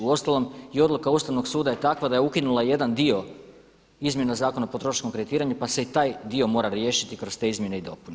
Uostalom i odluka Ustavnog suda je takva da je ukinula jedan dio izmjena Zakona o potrošačkom kreditiranju pa se i taj dio mora riješiti kroz te izmjene i dopune.